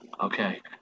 okay